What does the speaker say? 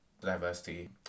diversity